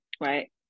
Right